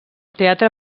teatre